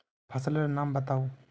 फसल लेर नाम बाताउ?